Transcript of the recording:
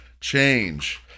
Change